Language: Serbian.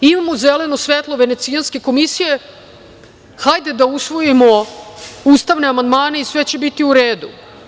Imamo zeleno svetlo Venecijanske komisije, i hajde da usvojimo ustavne amandmane i sve će biti u redu.